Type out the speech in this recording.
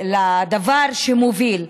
לדבר שמוביל.